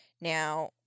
Now